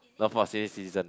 not for senior citizen